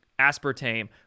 aspartame